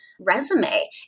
resume